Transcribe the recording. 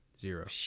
zero